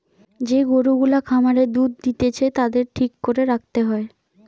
যে গরু গুলা খামারে দুধ দিতেছে তাদের ঠিক করে রাখতে হয়